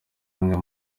umwe